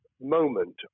moment